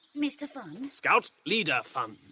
mr funn? scout leader funn.